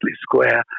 Square